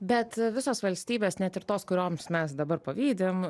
bet visos valstybės net ir tos kurioms mes dabar pavydim